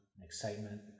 excitement